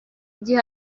gihe